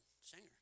singer